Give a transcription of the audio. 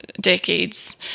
decades